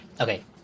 Okay